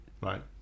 Right